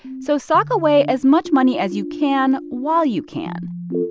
so sock away as much money as you can while you can